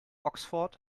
oxford